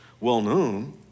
well-known